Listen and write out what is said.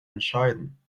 entscheiden